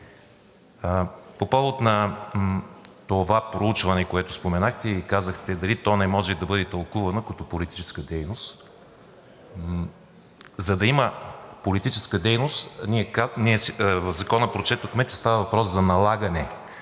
По повод на това проучване, което споменахте и казахте дали то не може да бъде тълкувано като политическа дейност, за да има политическа дейност ние в Закона прочетохме, че става въпрос за налагане